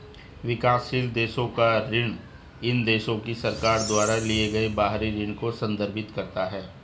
विकासशील देशों का ऋण इन देशों की सरकार द्वारा लिए गए बाहरी ऋण को संदर्भित करता है